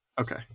Okay